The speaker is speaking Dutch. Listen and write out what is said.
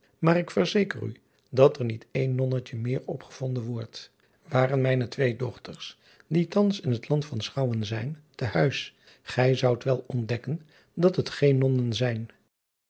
maar ik verzeker u dat er niet één nonnetje meer op gevonden wordt waren mijne twee dochters die thans in het land van chouwen zijn te huis gij zoudt wel ontdekken dat het geen nonnen zijn